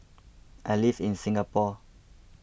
I live in Singapore